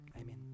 Amen